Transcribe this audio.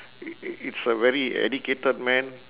it it it's a very educated man